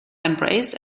embrace